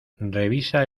revisa